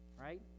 right